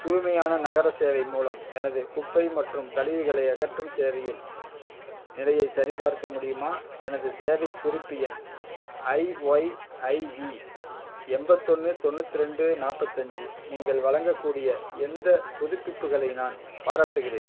தூய்மையான நகர சேவை மூலம் எனது குப்பை மற்றும் கழிவுகளை அகற்றும் சேவையின் நிலையைச் சரிபார்க்க முடியுமா எனது சேவை குறிப்பு எண் ஐஒய்ஐவி எம்பத்தொன்று தொண்ணூற்றி ரெண்டு நாற்பத்தஞ்சி நீங்கள் வழங்கக்கூடிய எந்த புதுப்பிப்புகளை நான் பாராட்டுகிறேன்